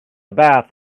bath